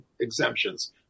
exemptions